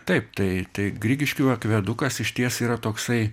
taip tai tai grigiškių akvedukas išties yra toksai